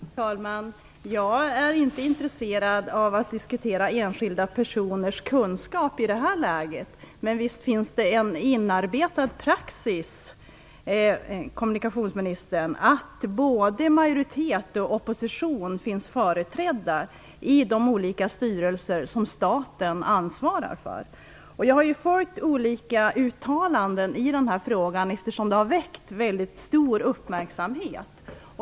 Fru talman! Jag är inte intresserad av att diskutera enskilda personers kunskap i det här läget. Men visst finns det en inarbetad praxis, kommunikationsministern, att både majoriteten och oppositionen skall finnas företrädda i de olika styrelser som staten ansvarar för. Jag har följt olika uttalanden i den här frågan, eftersom den har väckt stor uppmärksamhet.